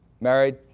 married